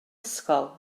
ysgol